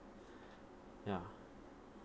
ya